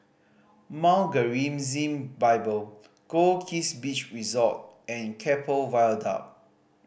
Mount Gerizim Bible Goldkist Beach Resort and Keppel Viaduct